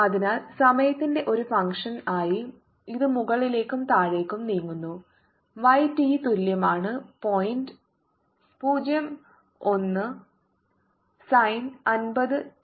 അതിനാൽ സമയത്തിന്റെ ഒരു ഫംഗ്ഷൻ ആയി ഇത് മുകളിലേക്കും താഴേക്കും നീക്കുന്നു y t തുല്യമാണ് പോയിന്റ് o 1 സൈൻ 50 t